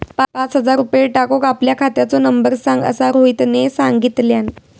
पाच हजार रुपये टाकूक आपल्या खात्याचो नंबर सांग असा रोहितने सांगितल्यान